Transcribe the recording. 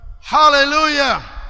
Hallelujah